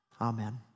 amen